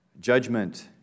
judgment